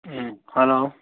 ꯎꯝ hello